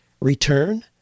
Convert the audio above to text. return